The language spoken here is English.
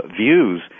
views